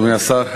אדוני השר,